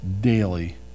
daily